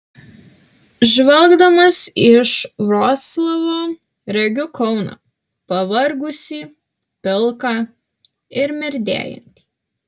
žvelgdamas iš vroclavo regiu kauną pavargusį pilką ir merdėjantį